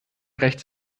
rechts